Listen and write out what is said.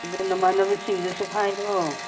ꯑꯗ ꯅꯃꯥꯟꯅꯕꯁꯤꯡꯗꯨꯁꯨ ꯍꯥꯏꯔꯣ